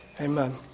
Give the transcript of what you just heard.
Amen